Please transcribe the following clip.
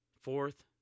Fourth